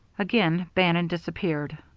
again bannon disappeared.